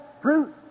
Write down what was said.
fruit